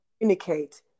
communicate